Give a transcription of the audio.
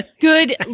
Good